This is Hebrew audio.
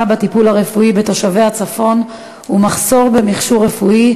בטיפול הרפואי בתושבי הצפון ומחסור במכשור רפואי,